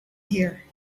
here